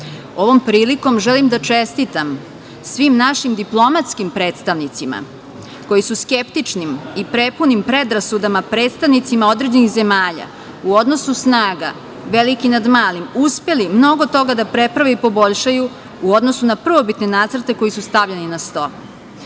Ovom prilikom želim da čestitam svim našim diplomatskim predstavnicima koji su skeptičnim i prepunim predrasudama predstavnicima određenih zemalja u odnosu snaga veliki nad malim uspeli mnogo toga da preprave i poboljšaju u odnosu na prvobitne nacrte koji su stavljeni na sto. Sa